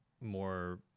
more